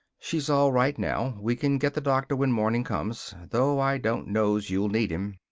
she's all right now. we can get the doctor when morning comes though i don't know's you'll need him.